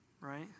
right